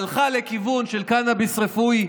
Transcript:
הלכה לכיוון של קנביס רפואי,